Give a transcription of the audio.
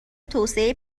توسعه